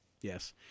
Yes